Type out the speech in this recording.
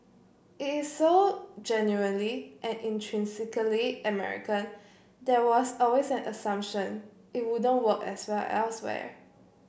it is so genuinely and intrinsically American there was always an assumption it wouldn't work as well elsewhere